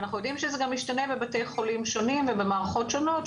אנחנו יודעים גם שזה משתנה בין בתי חולים ומערכות שונות,